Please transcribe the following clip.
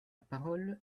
parole